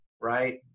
right